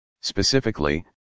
Specifically